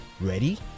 ready